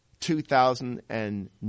2009